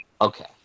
okay